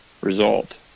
result